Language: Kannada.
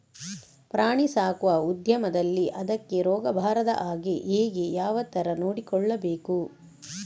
ಪ್ರಾಣಿ ಸಾಕುವ ಉದ್ಯಮದಲ್ಲಿ ಅದಕ್ಕೆ ರೋಗ ಬಾರದ ಹಾಗೆ ಹೇಗೆ ಯಾವ ತರ ನೋಡಿಕೊಳ್ಳಬೇಕು?